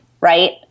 right